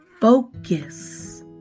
focus